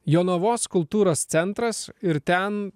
jonavos kultūros centras ir ten